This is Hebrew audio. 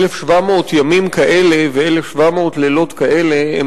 1,700 ימים כאלה ו-1,700 לילות כאלה הם